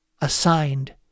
assigned